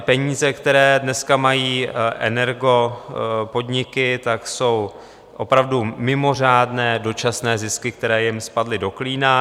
Peníze, které dneska mají energopodniky, jsou opravdu mimořádné, dočasné zisky, které jim spadly do klína.